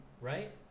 Right